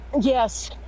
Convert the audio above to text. yes